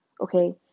okay